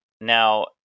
Now